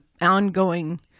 ongoing